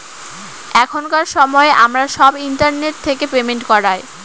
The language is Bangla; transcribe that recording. এখনকার সময় আমরা সব ইন্টারনেট থেকে পেমেন্ট করায়